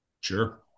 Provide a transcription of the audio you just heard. Sure